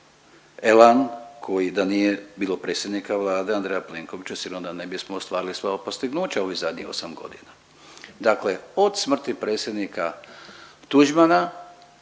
elan koji da nije bilo predsjednika Vlade Andreja Plenkovića sigurno da ne bismo ostvarili sva ova postignuća u ovih zadnjih 8 godina. Dakle, od smrti predsjednika Tuđmana